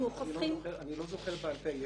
אני לא זוכר בעל-פה.